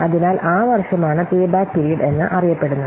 അതിനാൽ ആ വർഷം ആണ് പേ ബാക്ക് പീരീഡ് എന്ന് അറിയപ്പെടുന്നത്